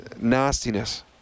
nastiness